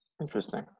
Interesting